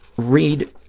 read,